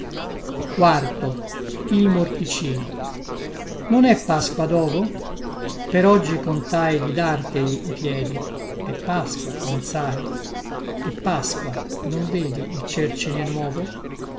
la morte non è pasqua dovo per oggi contai di darteli i piedi è pasqua non sai è pasqua non vedi il cercine novo